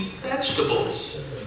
Vegetables